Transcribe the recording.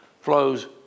flows